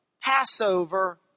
Passover